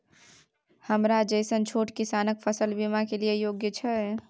हमरा जैसन छोट किसान फसल बीमा के लिए योग्य छै?